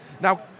Now